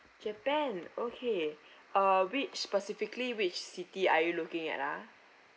japan okay uh which specifically which city are you looking at ah